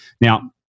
now